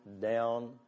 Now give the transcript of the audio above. down